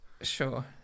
Sure